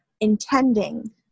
intending